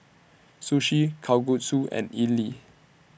Sushi Kalguksu and Idili